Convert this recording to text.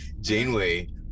Janeway